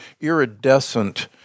iridescent